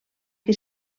que